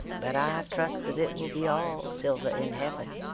but i trust that it will be all silver in heaven.